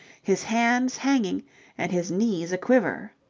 his hands hanging and his knees a-quiver.